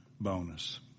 bonus